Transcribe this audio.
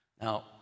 Now